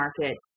market